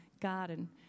garden